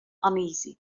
uneasy